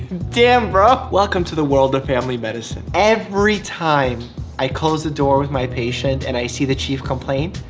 damn bro! welcome to the world of family medicine. every time i close the door with my patient and i see the chief complaint,